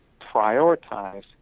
prioritize